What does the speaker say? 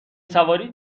سواری